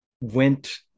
went